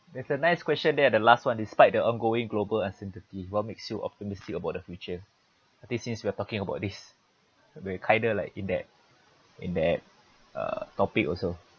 there's a nice question there the last one despite the ongoing global uncertainty what makes you optimistic about the future I think since we're talking about this we're kind of like like in that uh topic also